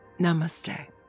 Namaste